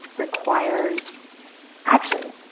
requires action.